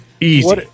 easy